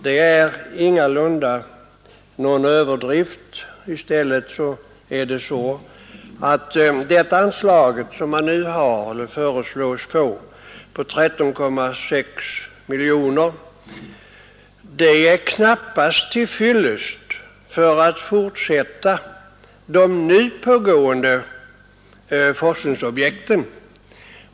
Det är ingalunda någon överdrift. I stället är det föreslagna anslaget på 13,6 miljoner knappast till fyllest för att fortsätta nu pågående forskningsobjekt.